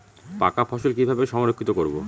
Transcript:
পাকা ফসল কিভাবে সংরক্ষিত করব?